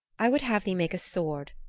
i would have thee make a sword,